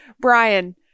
Brian